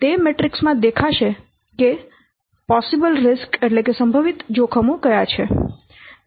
તેથી તે મેટ્રિક્સ માં દેખાશે કે સંભવિત જોખમો શું છે